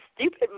stupid